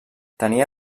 tenia